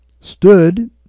stood